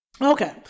okay